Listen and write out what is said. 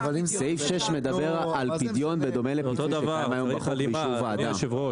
סעיף 6 מדבר על פדיון בדומה למה שקיים היום בחוק באישור ועדה.